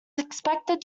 expected